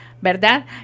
¿verdad